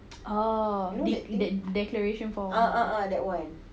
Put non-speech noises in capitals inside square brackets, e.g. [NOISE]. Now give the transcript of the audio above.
[NOISE] ah dec~ dec~ declaration form